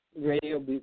Radio